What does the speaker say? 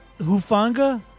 Hufanga